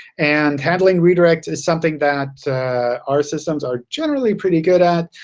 and handling redirect is something that our systems are generally pretty good at.